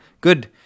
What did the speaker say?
good